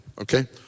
okay